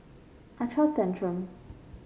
I trust Centrum